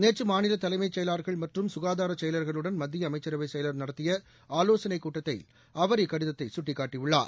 நேற்று மாநில தலைமைச் செயலாளர்கள் மற்றும் சுகாதாரச் செயலர்களுடன் மத்திய அமைச்சரவை செயலர் நடத்திய ஆலோசனைக் கூட்டத்தை அவர் இக்கடிதத்தில் சுட்டிக்காட்டியுள்ளார்